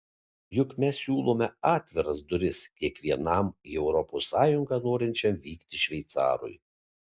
juk mes siūlome atviras duris kiekvienam į europos sąjungą norinčiam vykti šveicarui